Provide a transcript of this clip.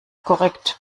korrekt